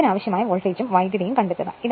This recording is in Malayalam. ഇതിന് ആവശ്യമായ വോൾട്ടേജും കറന്റും കണ്ടെത്തുക